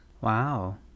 wow